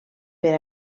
per